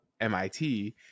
MIT